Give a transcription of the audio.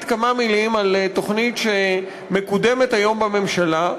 כמה מילים על תוכנית שמקודמת היום בממשלה,